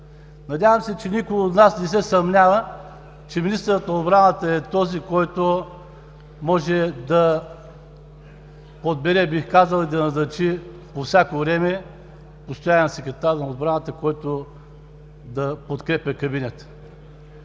Надявам се, че никой от нас не се съмнява, че министърът на отбраната е този, който може да подбере, бих казал, и да назначи по всяко време постоянен секретар на отбраната, който да подкрепя кабинета.